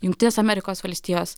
jungtinės amerikos valstijos